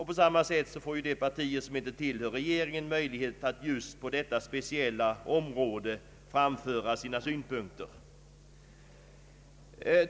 På samma sätt får de partier som inte tillhör regeringen möjlighet att just på detta speciella område framföra sina synpunkter.